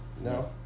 No